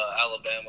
alabama